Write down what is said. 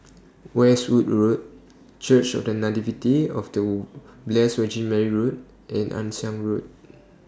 Westwood Road Church of The Nativity of Blessed Virgin Mary Road and Ann Siang Road